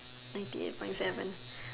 ninety eight point seven